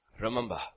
Remember